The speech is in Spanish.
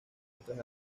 otras